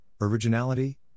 originality